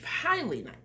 highly